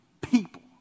people